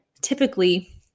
typically